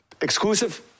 exclusive